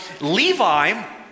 Levi